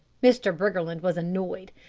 mr. briggerland was annoyed.